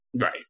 Right